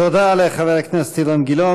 תודה לחבר הכנסת אילן גילאון.